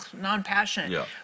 non-passionate